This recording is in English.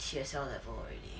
T_S_L level already